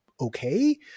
okay